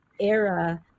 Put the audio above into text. era